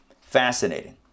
fascinating